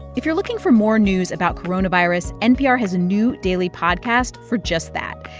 if you're looking for more news about coronavirus, npr has a new daily podcast for just that.